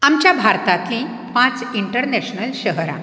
आमच्या भारतांतलीं पांच इंटरनॅशनल शहरां